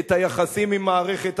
את היחסים עם מערכת המשפט,